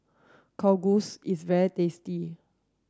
kalguksu is very tasty